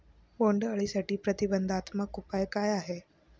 बोंडअळीसाठी प्रतिबंधात्मक उपाय काय आहेत?